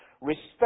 Respect